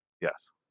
Yes